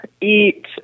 eat